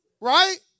right